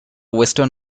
western